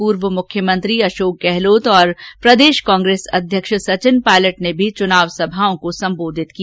पूर्व मुख्यमंत्री अशोक गहलोत और प्रदेश कांग्रेस अध्यक्ष सचिन पायलट ने भी आज प्रदेशभर में जनसभाओं को सम्बोधित किया